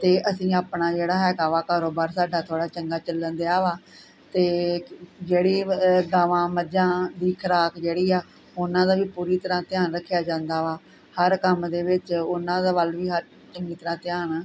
ਅਤੇ ਅਸੀਂ ਆਪਣਾ ਜਿਹੜਾ ਹੈਗਾ ਵਾ ਕਾਰੋਬਾਰ ਸਾਡਾ ਥੋੜ੍ਹਾ ਚੰਗਾ ਚੱਲ ਦਿਆ ਵਾ ਅਤੇ ਜਿਹੜੀ ਮਲ ਗਾਵਾਂ ਮੱਝਾਂ ਦੀ ਖੁਰਾਕ ਜਿਹੜੀ ਹੈ ਉਨ੍ਹਾਂ ਦਾ ਵੀ ਪੂਰੀ ਤਰ੍ਹਾਂ ਧਿਆਨ ਰੱਖਿਆ ਜਾਂਦਾ ਵਾ ਹਰ ਕੰਮ ਦੇ ਵਿੱਚ ਉਨ੍ਹਾਂ ਦੇ ਵੱਲ ਵੀ ਹਰ ਚੰਗੀ ਤਰ੍ਹਾਂ ਧਿਆਨ